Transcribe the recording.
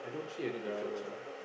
ya man